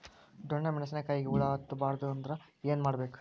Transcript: ಡೊಣ್ಣ ಮೆಣಸಿನ ಕಾಯಿಗ ಹುಳ ಹತ್ತ ಬಾರದು ಅಂದರ ಏನ ಮಾಡಬೇಕು?